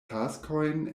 taskojn